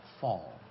fall